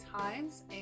times